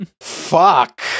Fuck